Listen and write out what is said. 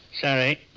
Sorry